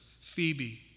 Phoebe